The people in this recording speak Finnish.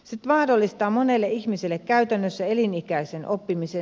se mahdollistaa monelle ihmiselle käytännössä elinikäisen oppimisen